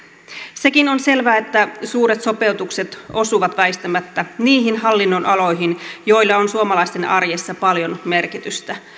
sekin on selvää että suuret sopeutukset osuvat väistämättä niihin hallinnonaloihin joilla on suomalaisten arjessa paljon merkitystä